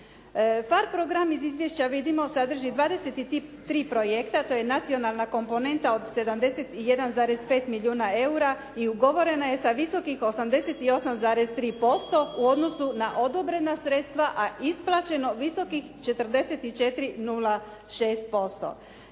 PHARE program iz izvješća vidimo sadrži dvadeset i tri projekta a to je nacionalna komponenta od 71,5 milijuna eura i ugovorena je sa visokih 88,3% u odnosu na odobrena sredstva a isplaćeno visokih 44,06%.